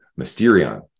mysterion